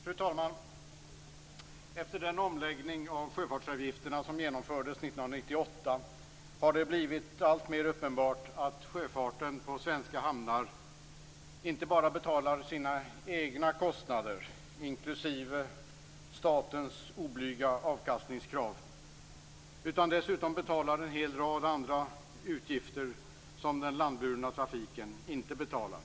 Fru talman! Efter den omläggning av sjöfartsavgifterna som genomfördes 1998 har det blivit alltmer uppenbart att sjöfarten på svenska hamnar inte bara betalar sina egna kostnader, inklusive statens oblyga avkastningskrav, utan dessutom en hel rad andra utgifter som den landburna trafiken inte betalar.